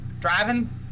driving